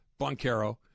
Boncaro